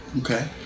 Okay